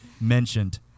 mentioned